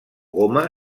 goma